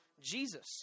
Jesus